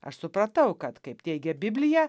aš supratau kad kaip teigia biblija